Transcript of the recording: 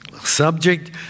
subject